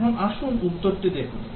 এখন আসুন উত্তরটি দেখুন